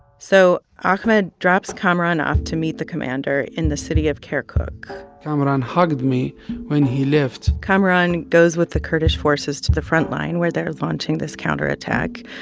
so ahmed drops kamaran off to meet the commander in the city of kirkuk kamaran hugged me when he left kamaran goes with the kurdish forces to the frontline, where they're launching this counterattack.